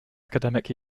academic